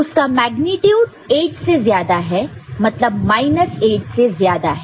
उसका मेग्नीट्यूड 8 से ज्यादा है मतलब माइनस 8 से ज्यादा है